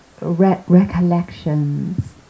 recollections